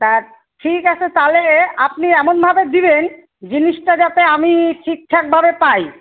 তা ঠিক আছে তালে আপনি এমনভাবে দিবেন জিনিসটা যাতে আমি ঠিকঠাকভাবে পাই